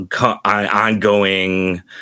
ongoing